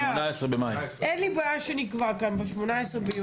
לי בעיה שנקבע ל-18.6.